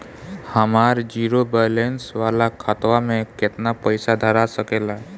हमार zero balance वाला खतवा म केतना पईसा धरा सकेला?